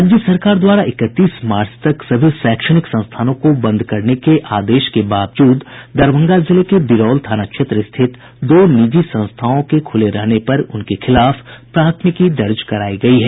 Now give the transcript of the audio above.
राज्य सरकार द्वारा इकतीस मार्च तक सभी शैक्षणिक संस्थानों को बंद करने के आदेश के बावजूद दरभंगा जिले के बिरौल थाना क्षेत्र स्थित दो निजी संस्थानों के खूले रहने पर उनके खिलाफ प्राथमिकी दर्ज करायी गयी है